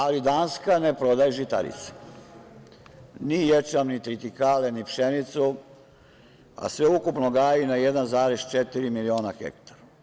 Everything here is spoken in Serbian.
Ali, Danska ne prodaje žitarice, ni ječam, ni tritikale, ni pšenicu, a sveukupno gaji na 1,4 miliona hektara.